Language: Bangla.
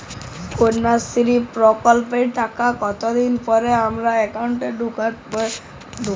কন্যাশ্রী প্রকল্পের টাকা কতদিন পর আমার অ্যাকাউন্ট এ ঢুকবে?